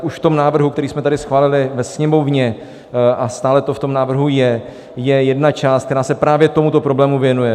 Už v tom návrhu, který jsme tady schválili ve Sněmovně, a stále to v tom návrhu je, je jedna část, která se právě tomuto problému věnuje.